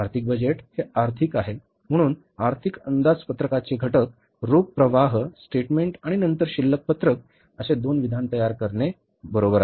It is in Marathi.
आर्थिक बजेट हे आर्थिक बजेट आहे म्हणून आर्थिक अंदाजपत्रकाचे घटक रोख प्रवाह स्टेटमेन्ट आणि नंतर शिल्लक पत्रक असे दोन विधान तयार करणे आहे बरोबर